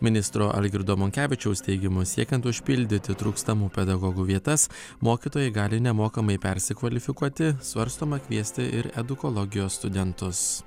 ministro algirdo monkevičiaus teigimu siekiant užpildyti trūkstamų pedagogų vietas mokytojai gali nemokamai persikvalifikuoti svarstoma kviesti ir edukologijos studentus